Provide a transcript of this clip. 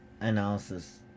analysis